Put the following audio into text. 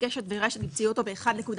בקשת וברשת תמצאי אותו -1.3.